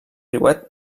riuet